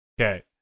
Okay